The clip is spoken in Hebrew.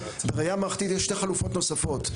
בראייה מערכתית יש שתי חלופות נוספות,